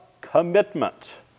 commitment